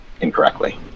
incorrectly